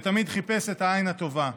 ותמיד חיפש את העין הטובה.